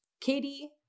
Katie